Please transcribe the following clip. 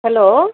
hello